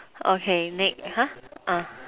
okay next !huh! uh